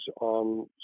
on